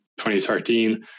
2013